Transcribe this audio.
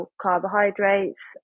carbohydrates